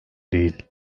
değil